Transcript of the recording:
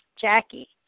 Jackie